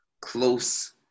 close